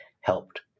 helped